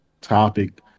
topic